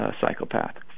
psychopath